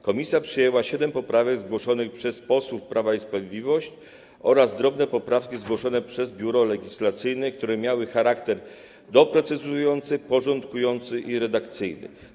Komisja przyjęła siedem poprawek zgłoszonych przez posłów Prawa i Sprawiedliwości oraz drobne poprawki zgłoszone przez biuro legislacyjne, które miały charakter doprecyzowujący, porządkujący i redakcyjny.